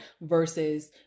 versus